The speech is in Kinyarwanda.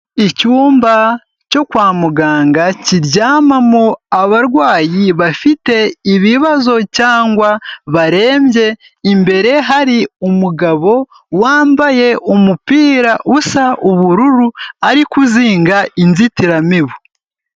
Icyumba cyo kwa muganga kiryamamo abarwayi bafite ibibazo cyangwa barembye, imbere hari umugabo wambaye umupira usa ubururu, ari kuzinga inzitiramibu.